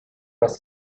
was